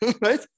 right